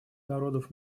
народов